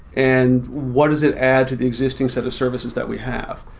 and what does it add to the existing set of services that we have?